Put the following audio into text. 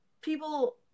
people